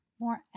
more